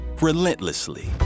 relentlessly